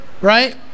right